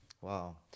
Wow